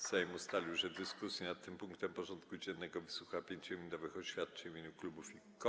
Sejm ustalił, że w dyskusji nad tym punktem porządku dziennego wysłucha 5-minutowych oświadczeń w imieniu klubów i kół.